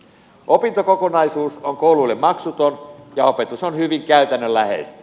opintokokonaisuus on kouluille maksuton ja opetus on hyvin käytännönläheistä